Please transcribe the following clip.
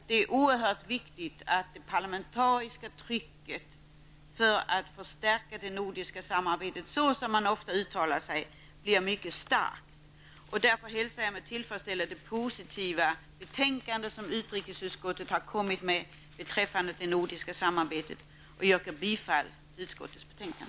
Det är oerhört viktigt att det parlamentariska trycket för att förstärka det nordiska samarbetet blir mycket starkt. Jag hälsar därför med tillfredsställelse det positiva betänkande som utrikesutskottet har lagt fram beträffande det nordiska samarbetet och yrkar bifall till utskottets hemställan.